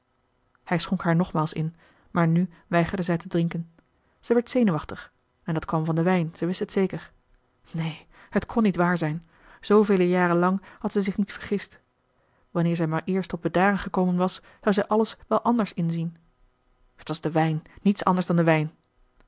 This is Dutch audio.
hij schonk haar nogmaals in maar nu weigerde zij te drinken zij werd zenuwachtig en dat kwam van den wijn zij wist het zeker neen het kon niet waar zijn zoovele jaren lang had zij zich niet vergist wanneer zij maar eerst tot bedaren gekomen was zou zij alles wel anders inzien het was de wijn niets anders dan de wijn